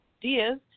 Diaz